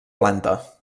planta